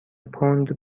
پوند